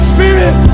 Spirit